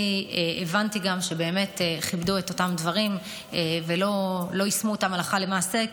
אני הבנתי גם שבאמת כיבדו את אותם דברים ולא יישמו אותם הלכה למעשה,